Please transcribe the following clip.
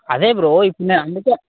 అదే బ్రో ఇప్పుడు నేను అందుకని